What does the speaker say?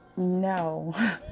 No